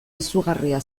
izugarria